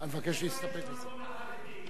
אני מבקש להסתפק בזה.